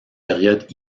périodes